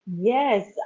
Yes